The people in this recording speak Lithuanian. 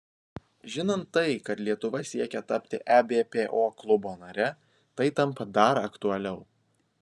žinant tai kad lietuva siekia tapti ebpo klubo nare tai tampa dar aktualiau